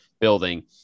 building